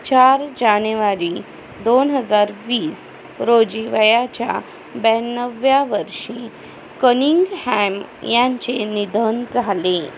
चार जानेवारी दोन हजार वीस रोजी वयाच्या ब्याण्णवाव्या वर्षी कनिंगहॅम यांचे निधन झाले